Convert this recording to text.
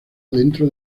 dentro